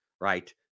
right